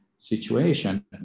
situation